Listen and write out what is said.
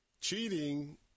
cheating